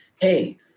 hey